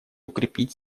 укрепить